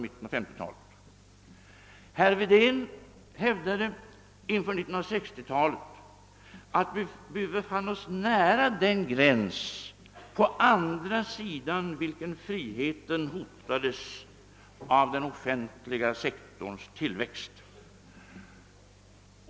Sven Wedén hävade inför 1960-talet, att vi befann oss nära den gräns på vars andra sida friheten hotades av den offentliga sektorns tillväxt.